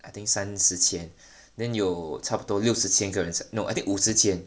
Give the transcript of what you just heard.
I think 三四千 then 有差不多六十千个人 no I think 五十千